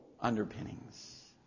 underpinnings